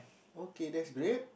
okay that's great